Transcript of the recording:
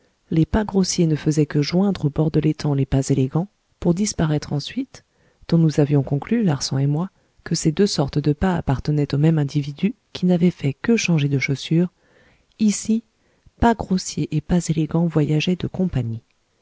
les pas grossiers ne faisaient que joindre au bord de l'étang les pas élégants pour disparaître ensuite dont nous avions conclu larsan et moi que ces deux sortes de pas appartenaient au même individu qui n'avait fait que changer de chaussures ici pas grossiers et pas élégants voyageaient de compagnie